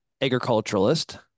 agriculturalist